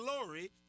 glory